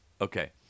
Okay